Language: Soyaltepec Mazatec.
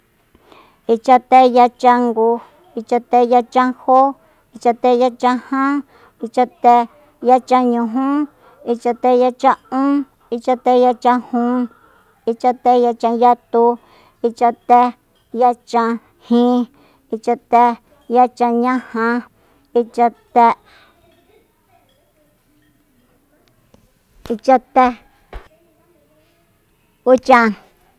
Ichateyachangu ichateyachanjó ichateyachajan ichateyachanñujú ichateyachan'ún ichateyachajun ichateyachanyatu ichateyachajin ichateyachañaja uchan